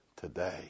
today